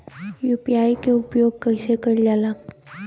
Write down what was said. UPI के उपयोग कइसे कइल जाला?